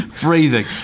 breathing